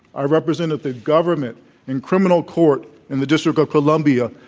i represented the government in criminal court in the district of columbia,